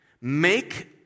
Make